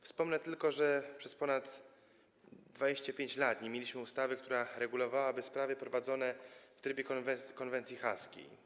Wspomnę tylko, że przez ponad 25 lat nie mieliśmy ustawy, która regulowałaby sprawy prowadzone w trybie konwencji haskiej.